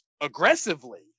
aggressively